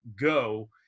go